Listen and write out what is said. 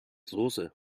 soße